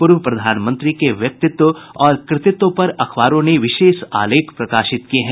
पूर्व प्रधानमंत्री के व्यक्तित्व और कृतित्व पर अखबारों ने विशेष आलेख प्रकाशित किये हैं